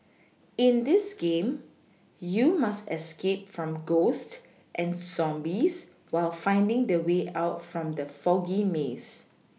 in this game you must escape from ghosts and zombies while finding the way out from the foggy maze